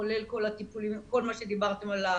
כולל כל התפעולים וכל מה שדיברתם עליו